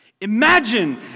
Imagine